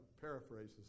paraphrases